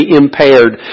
impaired